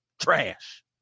trash